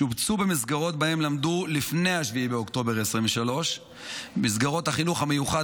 שובצו במסגרות שבהן למדו לפני 7 באוקטובר 2023. מסגרות החינוך המיוחד